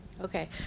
Okay